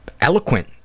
eloquent